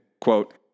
quote